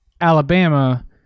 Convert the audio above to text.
Alabama